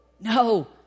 no